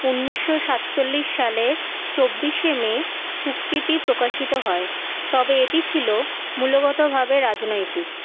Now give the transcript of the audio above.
উনিশশো সাতচল্লিশ সালের চব্বিশে মে চুক্তিটি প্রকাশিত হয় তবে এটি ছিল মূলগতভাবে রাজনৈতিক